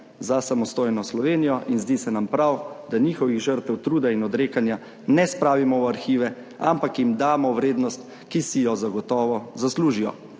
za samostojno Slovenijo in zdi se nam prav, da njihovih žrtev, truda in odrekanja ne spravimo v arhive, ampak jim damo vrednost, ki si jo zagotovo zaslužijo.